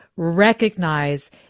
recognize